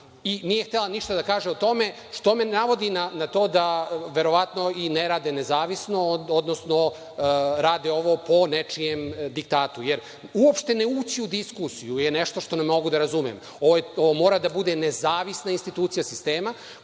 i nije htela ništa da kaže o tome, navodi na to da verovatno i ne radi nezavisno, odnosno rade ovo po nečijem diktatu. Jer, uopšte ne ući u diskusiju je nešto što ne mogu da razumem. Ovo mora da bude nezavisna institucija sistema